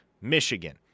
Michigan